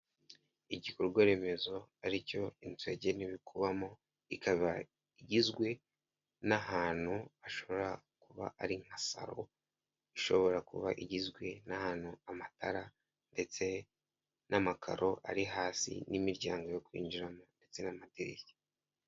Igikorwa remezo ari cyo inzu yagenewe kubamo ikaba igizwe n'ahantu hashobora kuba ari nka salo ishobora kuba igizwe n'ahantu amatara ndetse n'amakaro ari hasi n'imiryango yo kwinjiramo ndetse n'amadirishya.